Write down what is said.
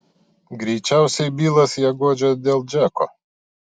greičiausiai bilas ją guodžia dėl džeko